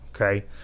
Okay